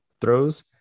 throws